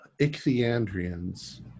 ichthyandrians